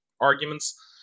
arguments